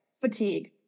fatigue